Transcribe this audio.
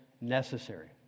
necessary